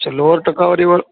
તો લોઅર ટકાવારી વાલા